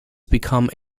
become